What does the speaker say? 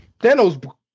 Thanos